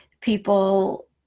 people